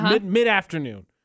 mid-afternoon